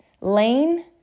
Lane